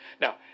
Now